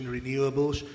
Renewables